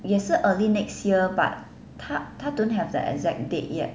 也是 early next year but 她她 don't have the exact date yet